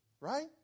right